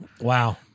Wow